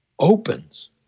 opens